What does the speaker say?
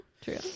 true